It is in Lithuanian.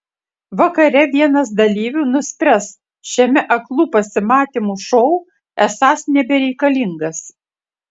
vakare vienas dalyvių nuspręs šiame aklų pasimatymų šou esąs nebereikalingas